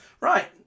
Right